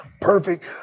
Perfect